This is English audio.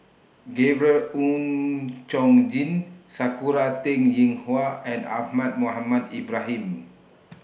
Gabriel Oon Chong Jin Sakura Teng Ying Hua and Ahmad Mohamed Ibrahim